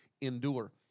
endure